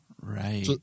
Right